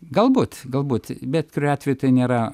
galbūt galbūt bet kuriuo atveju tai nėra